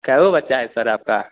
कैयो बच्चा है सर आपका